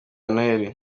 noheri